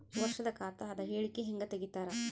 ವರ್ಷದ ಖಾತ ಅದ ಹೇಳಿಕಿ ಹೆಂಗ ತೆಗಿತಾರ?